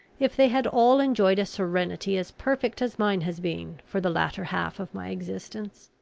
if they had all enjoyed a serenity as perfect as mine has been for the latter half of my existence.